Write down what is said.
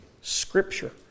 Scripture